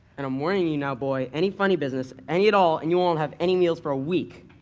and i'm warning you now, boy, any funny business, any at all and you won't have any meals for a week.